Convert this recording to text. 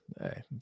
Hey